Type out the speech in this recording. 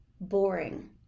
boring